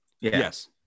Yes